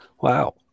Wow